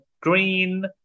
Green